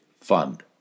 fund